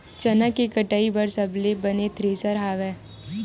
चना के कटाई बर सबले बने थ्रेसर हवय?